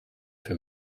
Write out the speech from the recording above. für